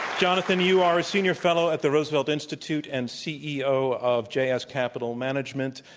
jonathan, you are a senior fellow at the roosevelt institute and ceo of js capital management.